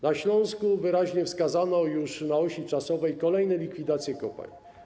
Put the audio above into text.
Na Śląsku wyraźnie wskazano już na osi czasu kolejne likwidacje kopalń.